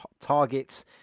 targets